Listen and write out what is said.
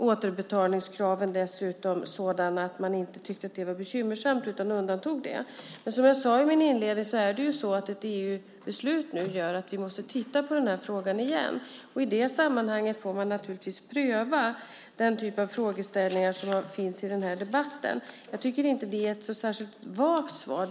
Återbetalningskraven var dessutom sådana att man inte tyckte att det var bekymmersamt utan undantog det. Som jag sade i min inledning gör nu ett EU-beslut att vi måste titta på frågan igen. I det sammanhanget får man naturligtvis pröva den typ av frågeställningar som finns i den här debatten. Jag tycker inte att det är ett särskilt vagt svar.